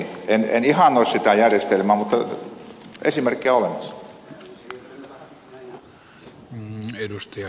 en ihannoi sitä järjestelmää mutta esimerkkejä on olemassa